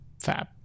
Fab